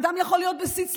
אדם יכול להיות בשיא צלילותו,